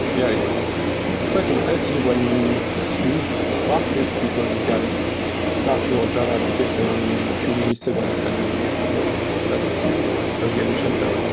yeah, it's quite impressive when it's used quarkus, because you can start your java application in a few minutes and um and that's a game changer.